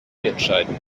entscheiden